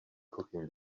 cooking